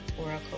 oracle